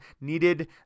needed